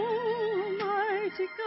Almighty